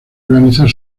organizar